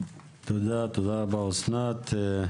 תודה רבה, אסנת.